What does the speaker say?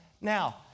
Now